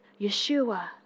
Yeshua